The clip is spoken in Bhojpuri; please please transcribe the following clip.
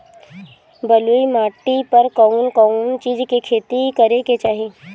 बलुई माटी पर कउन कउन चिज के खेती करे के चाही?